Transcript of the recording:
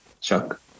chuck